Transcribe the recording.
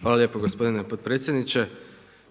Hvala lijepo gospodine potpredsjedniče.